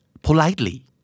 Politely